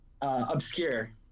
obscure